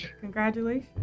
congratulations